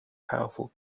powerful